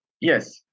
Yes